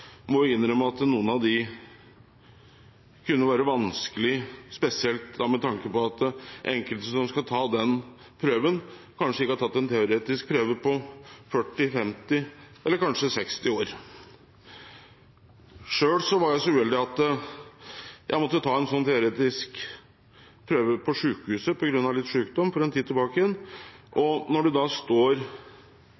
må jo innrømme at noen av dem kunne være vanskelige, spesielt med tanke på at enkelte som skal ta den prøven, kanskje ikke har tatt en teoretisk prøve på 40, 50 eller kanskje 60 år. Selv var jeg så uheldig at jeg måtte ta en sånn teoretisk prøve på sykehuset på grunn av litt sykdom for en tid tilbake